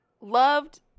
Loved